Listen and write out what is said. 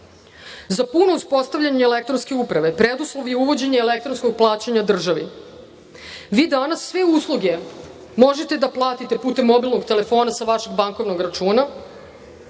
puno uspostavljanje elektronske uprave preduslov je uvođenje elektronskog plaćanja državi. Vi danas sve usluge možete da platite putem mobilnog telefona sa vašeg bankovnog računa.